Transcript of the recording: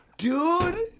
dude